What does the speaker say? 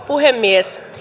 puhemies